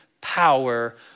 power